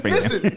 Listen